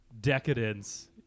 decadence